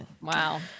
Wow